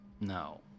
No